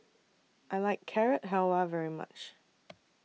I like Carrot Halwa very much